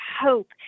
hope